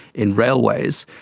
in railways,